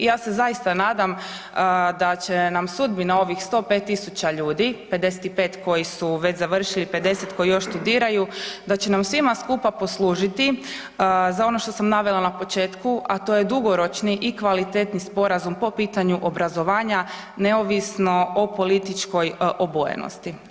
Ja se zaista nadam da će nam sudbina ovih 105 000 ljudi, 55 koji su već završili, 50 koji još studiraju, da će nam svima skupa poslužiti za ono što sam navela na početku a to je dugoročni i kvalitetni sporazum po pitanju obrazovanja neovisno o političkoj obojenosti.